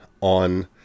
on